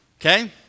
Okay